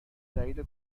دلیل